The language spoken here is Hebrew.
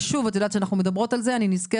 שוב, את יודעת כשאנחנו מדברות על זה, אני נזכרת